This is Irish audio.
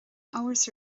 amhras